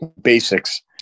basics